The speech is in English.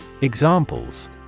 Examples